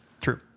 true